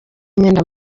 imyenda